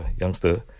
youngster